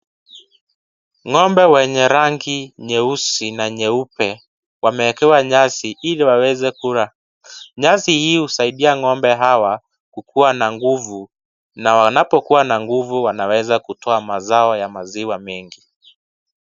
Ng'ombe wenye rangi nyeusi na nyeupe. Wamewekewa nyasi ili waweze kula. Nyasi hii husaidia ng'ombe hawa kukuwa na nguvu na wanapokuwa na nguvu wanaweza kutoa mazao ya maziwa mengi.